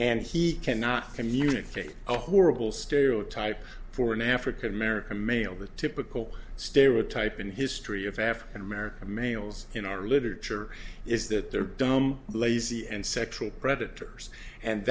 and he cannot communicate oh horrible stereotype for an african american male the typical stereotype in history of african american males in our literature is that they're dumb lazy and sexual predators and